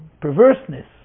perverseness